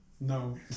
No